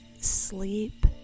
sleep